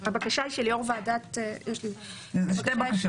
הבקשה היא של יו"ר ועדת --- שתי בקשות.